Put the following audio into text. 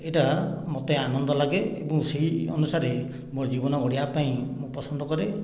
ଏଇଟା ମୋତେ ଆନନ୍ଦ ଲାଗେ ଏବଂ ସେହି ଅନୁସାରେ ମୋ ଜୀବନ ଗଢ଼ିଆ ପାଇଁ ମୁଁ ପସନ୍ଦ କରେ